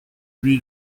lui